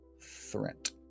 threat